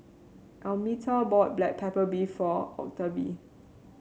Almeta bought Black Pepper Beef for Octavie